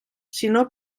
sinó